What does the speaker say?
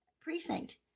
precinct